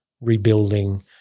rebuilding